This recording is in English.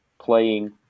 playing